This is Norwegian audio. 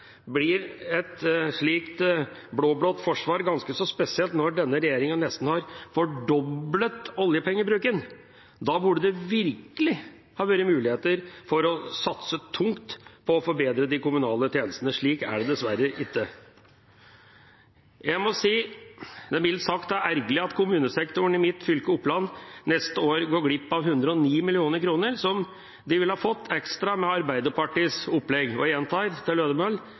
blir et slikt blå-blått forsvar ganske så spesielt når denne regjeringa nesten har fordoblet oljepengebruken. Da burde det virkelig ha vært muligheter for å satse tungt på å forbedre de kommunale tjenestene. Slik er det dessverre ikke. Det er mildt sagt ergerlig at kommunesektoren i mitt fylke, Oppland, neste år går glipp av 109 mill. kr som de ville ha fått ekstra med Arbeiderpartiets opplegg. Og jeg gjentar, til